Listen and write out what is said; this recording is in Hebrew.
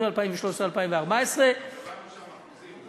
לשנים 2013 2014. אנחנו קבענו שם אחוזים,